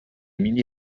mini